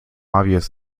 obvious